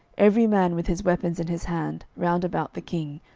every man with his weapons in his hand, round about the king,